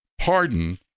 Pardon